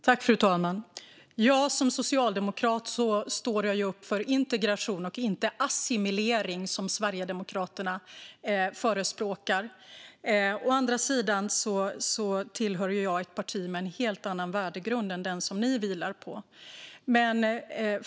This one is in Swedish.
Fru talman! Som socialdemokrat står jag upp för integration, inte assimilering, som Sverigedemokraterna förespråkar. Jag tillhör också ett parti med en helt annan värdegrund än den som ni vilar på.